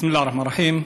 בסם אללה א-רחמאן א-רחים.